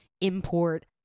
import